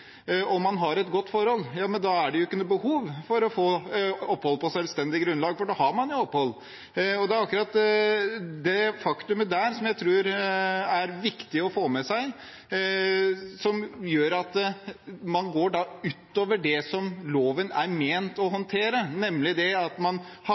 og man har et godt forhold, er det jo ikke noe behov for å få opphold på selvstendig grunnlag – for da har man jo opphold. Det er det faktumet jeg tror det er viktig å få med seg. Man går da utover det som loven er ment å håndtere, nemlig det at man